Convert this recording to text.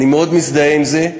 אני מאוד מזדהה עם זה,